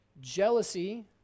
Jealousy